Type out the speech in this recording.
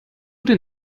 den